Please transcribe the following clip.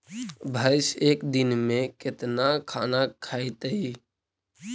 भैंस एक दिन में केतना खाना खैतई?